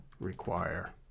require